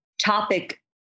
topic